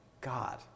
God